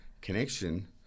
Connection